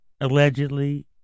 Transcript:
Allegedly